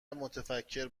متفکر